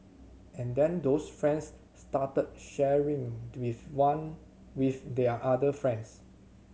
and then those friends start sharing with one with their other friends